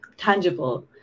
tangible